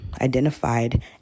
identified